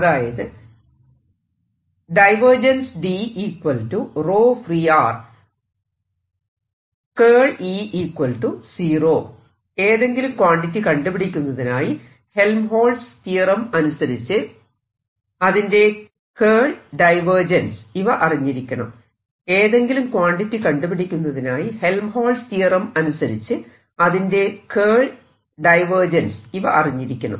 അതായത് ഏതെങ്കിലും ക്വാണ്ടിറ്റി കണ്ടുപിടിക്കുന്നതിനായി ഹെൽമ്ഹോറ്റ്സ് തിയറം അനുസരിച്ച് അതിന്റെ കേൾ ഡൈവേർജൻസ് ഇവ അറിഞ്ഞിരിക്കണം